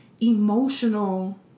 emotional